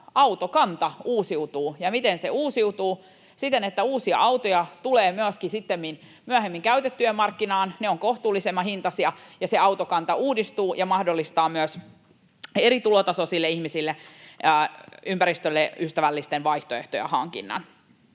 autokanta uusiutuu. Ja miten se uusiutuu? Siten, että uusia autoja tulee sittemmin, myöhemmin myöskin käytettyjen markkinaan, ne ovat kohtuullisemman hintaisia ja se autokanta uudistuu ja mahdollistaa myös eri tulotasoisille ihmisille ympäristölle ystävällisten vaihtoehtojen hankinnan.